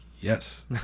yes